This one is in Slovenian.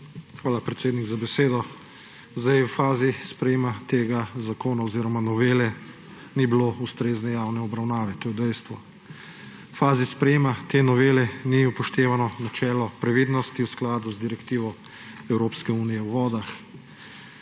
Hvala, predsednik, za besedo. V fazi sprejema tega zakona oziroma novele ni bilo ustrezne javne obravnave, to je dejstvo. V fazi sprejema te novele ni upoštevano načelo previdnosti v skladu z direktivo Evropske unije o vodah.